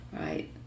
Right